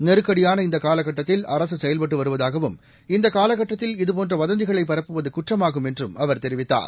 நெருக்கடியான இந்த காலகட்டத்தில் அரசு செயல்பட்டு வருவதாகவும் இந்த காலக்கட்டத்தில் இதுபோன்ற வதந்திகளை பரப்புவது குற்றமாகும் என்றும் அவர் தெரிவித்தார்